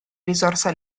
risorsa